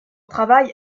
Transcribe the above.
travail